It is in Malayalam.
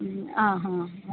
ഉം ആ ഹാ ആ